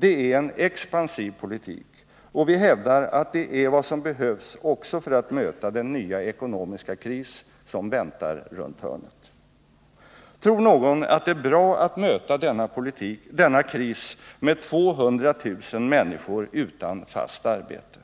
Det är en expansiv politik, och vi hävdar att det är vad som behövs också för att möta den nya ekonomiska kris som väntar runt hörnet. Tror någon att det är bra att möta denna kris med en politik som tillåter att 200 000 människor är utan fast arbete?